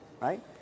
right